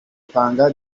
tanga